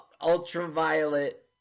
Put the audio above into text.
ultraviolet